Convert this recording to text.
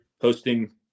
hosting